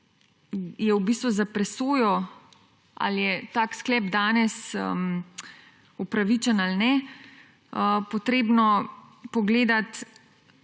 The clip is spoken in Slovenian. je v bistvu za presojo, ali je tak sklep danes upravičen ali ne, treba pogledati